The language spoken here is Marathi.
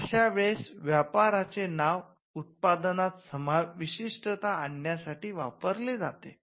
अशा वेळेस व्यापाराचे नाव उत्पादनात विशिष्टता आणण्यासाठी वापरले जाते